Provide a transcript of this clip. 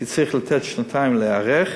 כי צריך שנתיים להיערך,